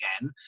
again